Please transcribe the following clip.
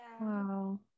wow